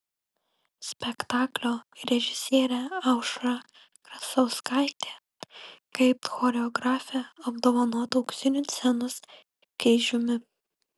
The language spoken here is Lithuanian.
spektaklio režisierė aušra krasauskaitė kaip choreografė apdovanota auksiniu scenos kryžiumi